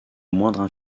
moindre